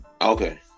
Okay